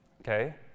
Okay